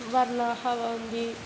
वर्णाः भवन्ति